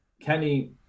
Kenny